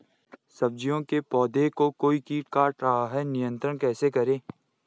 सब्जियों के पौधें को कोई कीट काट रहा है नियंत्रण कैसे करें?